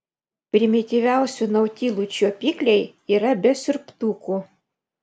primityviausių nautilų čiuopikliai yra be siurbtukų